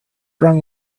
wrong